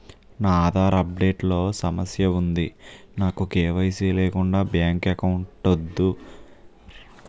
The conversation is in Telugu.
నా ఆధార్ అప్ డేట్ లో సమస్య వుంది నాకు కే.వై.సీ లేకుండా బ్యాంక్ ఎకౌంట్దొ రుకుతుందా?